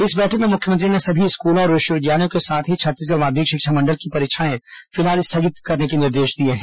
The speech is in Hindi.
इस बैठक में मुख्यमंत्री ने सभी स्कूलों और विश्वविद्यालयों के साथ ही छत्तीसगढ़ माध्यमिक शिक्षा मंडल की परीक्षाएं फिलहाल स्थगित करने के निर्देश दिए हैं